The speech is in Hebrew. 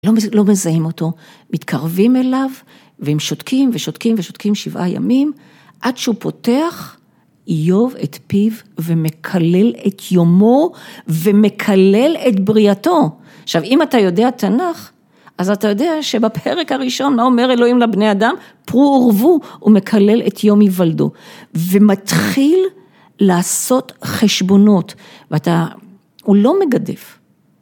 לא מזהים אותו, מתקרבים אליו והם שותקים ושותקים ושותקים שבעה ימים עד שהוא פותח איוב את פיו ומקלל את יומו ומקלל את בריאתו. עכשיו אם אתה יודע תנ״ך אז אתה יודע שבפרק הראשון מה אומר אלוהים לבני אדם? פרו ורבו, הוא מקלל את יום היוולדו ומתחיל לעשות חשבונות ואתה, הוא לא מגדף